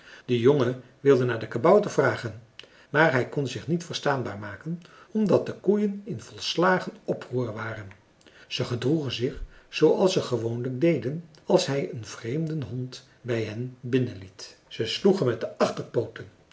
de jongen wilde naar den kabouter vragen maar hij kon zich niet verstaanbaar maken omdat de koeien in volslagen oproer waren zij gedroegen zich zooals ze gewoonlijk deden als hij een vreemden hond bij hen binnen liet ze sloegen met de achterpooten